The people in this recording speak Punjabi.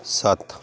ਸੱਤ